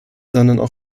sondern